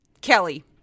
Kelly